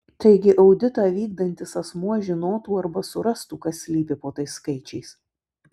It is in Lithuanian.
taigi auditą vykdantis asmuo žinotų arba surastų kas slypi po tais skaičiais